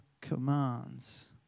commands